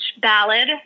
ballad